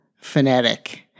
fanatic